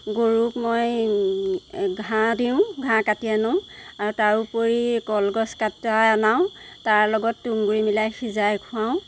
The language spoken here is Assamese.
গৰুক মই ঘাঁ দিওঁ গাঁ কাটি আনো আৰু তাৰ উপৰি কলগছ কাটাই আনাও তাৰ লগত তুহঁগুৰি মিলাই সিজাই খোৱাওঁ